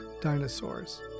dinosaurs